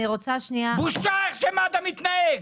בושה איך שמד"א מתנהלת.